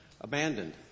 abandoned